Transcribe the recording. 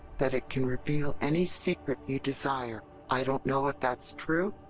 that it can reveal any secret you desire. i don't know if that's true,